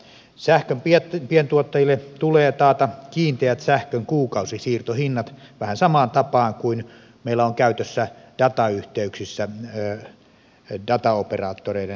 sähkön pientuottajille tulee taata kiinteät sähkön kuukausisiirtohinnat vähän samaan tapaan kuin meillä on käytössä datayhteyksissä dataoperaattoreiden kanssa